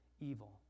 evil